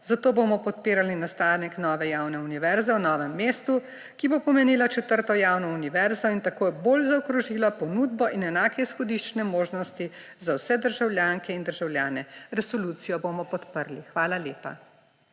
Zato bomo podpirali nastanek nove javne univerze v Novem mestu, ki bo pomenila četrto javno univerzo in tako bolj zaokrožila ponudbo in enake izhodiščne možnosti za vse državljanke in državljane. Resolucijo bomo podprli. Hvala lepa.